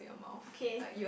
okay